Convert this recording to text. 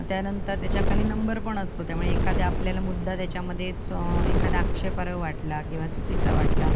त्यानंतर त्याच्याखाली नंबर पण असतो त्यामुळे एखाद्या आपल्याला मुद्दा त्याच्यामध्येच एखादा आक्षेपार्ह वाटला किंवा चुकीचा वाटला